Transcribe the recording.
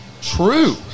True